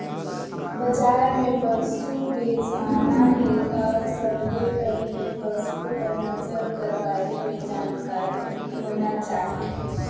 बजार में पसु बेसाना हे त सबले पहिले पसु कर नसल कर बारे में जानकारी होना चाही